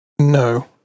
no